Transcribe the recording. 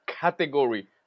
category